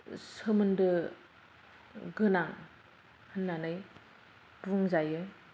सोमोन्दो गोनां होन्नानै बुंजा